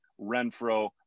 Renfro